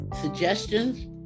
suggestions